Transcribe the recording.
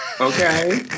Okay